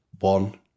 one